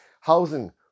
housing